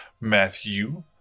Matthew